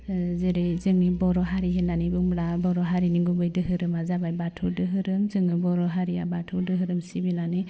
जेरै जोंनि बर' हारि होननानै बुंब्ला बर' हाारिनि गुबै दोहोरोमा जाबाय बाथौ दोहोरोम जोंनि बर' हारिया बाथौ दोहोरोम सिबिनानै